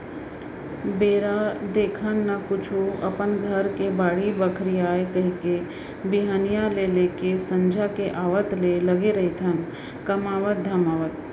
बेरा देखन न कुछु अपन घर के बाड़ी बखरी आय कहिके बिहनिया ले लेके संझा के आवत ले लगे रहिथन कमावत धमावत